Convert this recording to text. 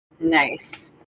Nice